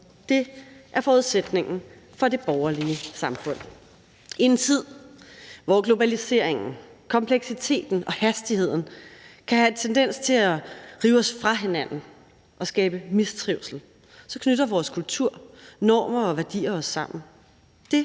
Det er forudsætningen for det borgerlige samfund. I en tid, hvor globaliseringen, kompleksiteten og hastigheden kan have tendens til at rive os fra hinanden og skabe mistrivsel, knytter vores kultur, normer og værdier os sammen.